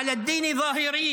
דברים בשפה הערבית,